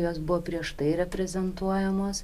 jos buvo prieš tai reprezentuojamos